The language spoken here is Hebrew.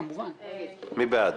מי בעד?